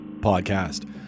podcast